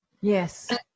Yes